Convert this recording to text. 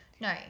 No